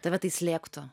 tave tai slėgtų